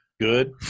Good